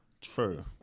True